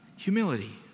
Humility